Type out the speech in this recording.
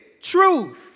truth